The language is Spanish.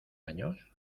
años